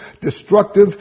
destructive